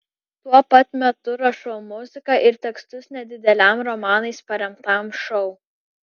tuo pat metu rašau muziką ir tekstus nedideliam romanais paremtam šou